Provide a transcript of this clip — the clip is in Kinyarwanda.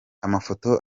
amafoto